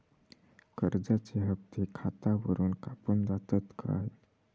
कर्जाचे हप्ते खातावरून कापून जातत काय?